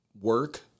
work